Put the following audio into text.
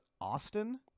Austin